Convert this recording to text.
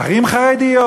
ערים חרדיות.